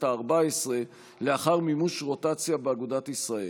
הארבע-עשרה לאחר מימוש רוטציה באגודת ישראל.